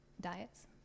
diets